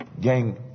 Gang